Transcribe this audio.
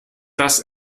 das